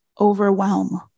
overwhelm